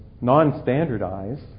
non-standardized